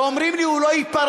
ואומרים לי, הוא לא ייפרץ.